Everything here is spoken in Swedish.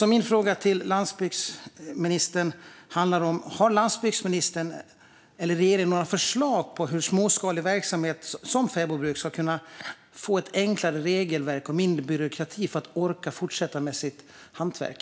Min fråga till landsbygdsministern är: Har landsbygdsministern eller regeringen några förslag på hur småskalig verksamhet som fäbodbruk ska kunna få ett enklare regelverk och mindre byråkrati för att man ska orka fortsätta med sitt hantverk?